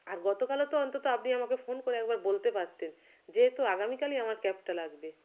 আর গতকালও তো অন্তত আপনি আমাকে ফোন করে একবার বলতে পারতেন যেহেতু আগামীকালই আমার ক্যাবটা লাগবে